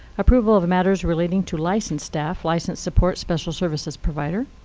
approval of matters relating to licensed staff, licensed support special services provider,